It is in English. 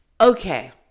Okay